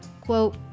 Quote